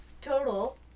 total